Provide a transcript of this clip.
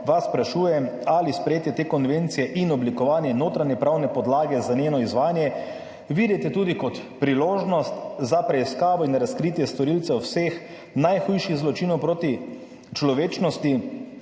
sprašujem: Ali sprejetje te konvencije in oblikovanje notranje pravne podlage za njeno izvajanje vidite tudi kot priložnost za preiskavo in razkritje storilcev vseh najhujših zločinov proti človečnosti,